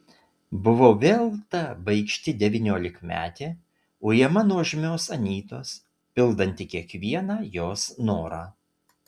buvau vėl ta baikšti devyniolikmetė ujama nuožmios anytos pildanti kiekvieną jos norą